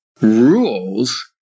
rules